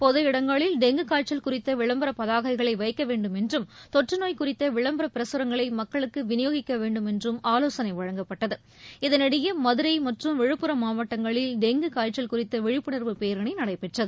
பொது இடங்களில் டெங்கு காய்ச்சல் குறித்த விளம்பர பதாகைகளை வைக்க வேண்டும் என்றும் தொற்று நோய் குறித்த விளம்பர பிரசுரங்களை மக்களுக்கு விநியோகிக்க வேண்டும் என்றும் ஆலோசனை வழங்கப்பட்டது இதனிடையே மதுரை மற்றும் விழுப்புரம் மாவட்டங்களில் டெங்கு காய்ச்சல் குறித்த விழிப்புணர்வு பேரணி நடைபெற்றது